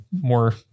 more